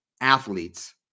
athletes